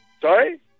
Sorry